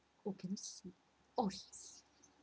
oh can you see oh his